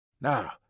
now